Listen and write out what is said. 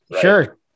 Sure